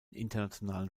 internationalen